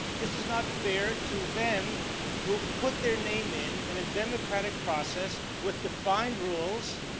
this is not fair to them who put their name in, in a democratic process with defineed rules,